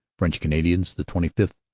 french canadians, the twenty fifth,